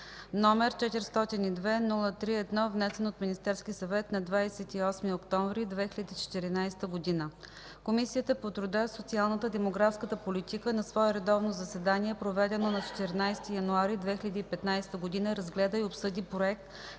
г., № 402-03-1, внесен от Министерския съвет на 28 октомври 2014 г. Комисията по труда, социалната и демографската политика на свое редовно заседание, проведено на 14 януари 2015 г., разгледа и обсъди Проект